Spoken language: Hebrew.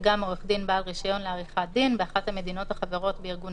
גם עורך דין בעל רישיון לעריכת דין באחת המדינות החברות בארגון